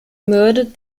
murdered